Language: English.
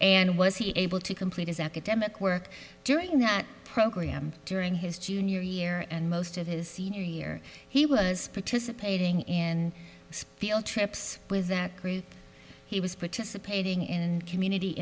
and was he able to complete his academic work during that program during his junior year and most of his senior year he was participating in spiel trips with that group he was participating in and community